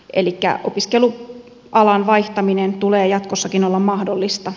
elikkä opiskelualan vaihtamisen tulee jatkossakin olla mahdollista